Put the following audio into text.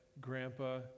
grandpa